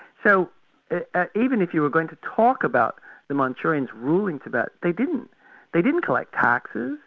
so even if you were going to talk about the manchurians ruling tibet, they didn't they didn't collect taxes,